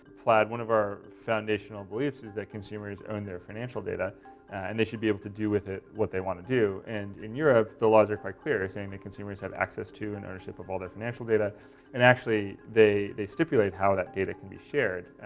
plaid, one of our foundational beliefs is that consumers own their financial data and they should be able to do with it what they want to do. and in europe, the laws are quite clear, saying that consumers have access to an and ownership of all their financial data and actually they they stipulate how that data can be shared,